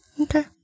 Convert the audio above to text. okay